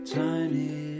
tiny